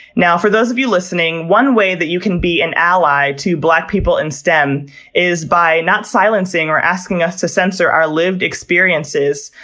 for those of you listening, one way that you can be an ally to black people in stem is by not silencing or asking us to censor our lived experiences,